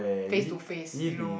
face to face you know